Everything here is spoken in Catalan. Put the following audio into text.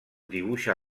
dibuixa